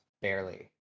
barely